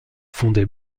fondait